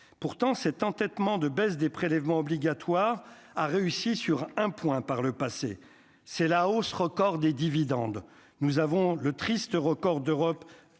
pourtant cet entêtement de baisse des prélèvements obligatoires a réussi sur un point : par le passé, c'est la hausse record des dividendes, nous avons le triste record d'Europe